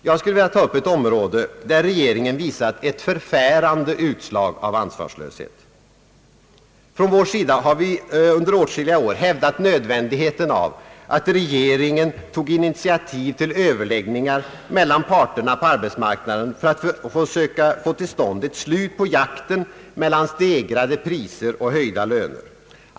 Jag skulle vilja ta upp ett område där regeringen visat ett förfärande utslag av ansvarslöshet. Vi har under åtskilliga år hävdat nödvändigheten av att regeringen tog initiativ till överläggningar mellan parterna på arbetsmarknaden för att söka få till stånd ett slut på jakten mellan stegrade priser och höjda löner.